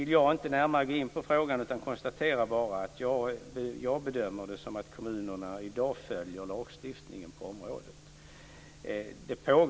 Jag vill inte gå närmare in på frågan utan konstaterar bara att jag bedömer att kommunerna i dag följer lagstiftningen på området.